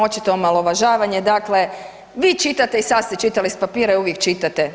Očito omalovažavanje, dakle vi čitate i sad ste čitali s papira i uvijek čitate.